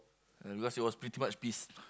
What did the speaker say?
ah because it was pretty much peace